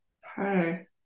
Hi